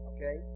Okay